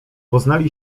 poznali